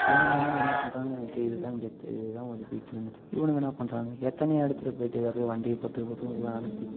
இவனுங்க ஆனால் என்ன பண்ணுறானுங்க சரி இதுதான் கெத்து இது தான் ஒரு நினச்சி இவனுங்க என்ன பண்ணுறானுங்க எத்தனையோ இடத்துக்கு போயிவிட்டு அப்டே வண்டியை போட்டு அனுப்பி